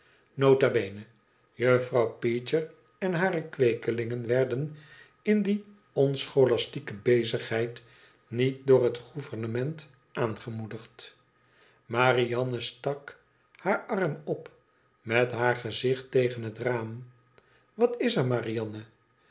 juffrouw peecher en hare kweekelingen werden in die onscholastieke bezigheid niet door het gouvernement aangemoedigd marianne stak haar arm op met haar gezicht tegen het raam wat is er marianne